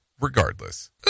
regardless